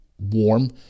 warm